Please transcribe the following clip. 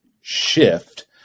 shift